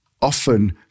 often